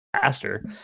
faster